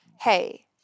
Hey